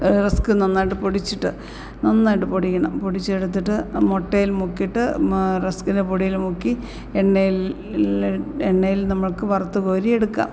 rusk നന്നായിട്ട് പൊടിച്ചിട്ട് നന്നായിട്ട് പൊടിയണം പൊടിച്ചെടുത്തിട്ട് മുട്ടയില് മുക്കിയിട്ട് റെസ്കിൻ്റെ പൊടിയിൽ മുക്കി എണ്ണയിൽ എണ്ണയിൽ നമുക്ക് വറത്ത് കോരിയെടുക്കാം